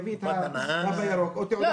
יביא את המסמך הירוק או תעודת מתחסן ויקבל את ההטבות.